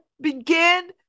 begin